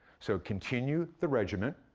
so continue the regimen,